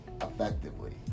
effectively